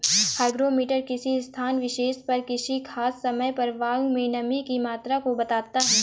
hygrometer किसी स्थान विशेष पर किसी खास समय पर वायु में नमी की मात्रा को बताता है